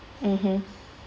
mmhmm